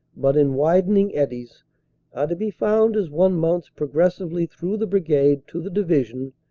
but in widening eddies, are to be found as one mounts progressively through the brigade to the division,